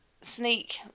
sneak